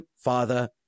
father